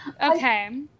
Okay